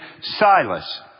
Silas